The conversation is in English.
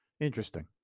Interesting